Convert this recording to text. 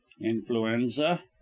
Influenza